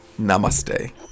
Namaste